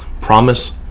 Promise